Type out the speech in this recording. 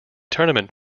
tournament